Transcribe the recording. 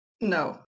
No